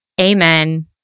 Amen